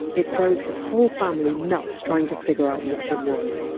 it drove his whole family nuts trying to figure out what it was.